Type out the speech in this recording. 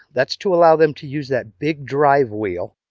that's to allow them to use that big drive wheel.